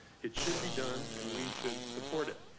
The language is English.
it should be done and we should support it.